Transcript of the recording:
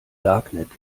darknet